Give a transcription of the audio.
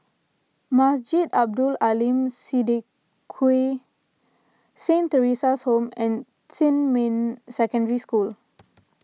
Masjid Abdul Aleem Siddique Saint theresa's Home and Xinmin Secondary School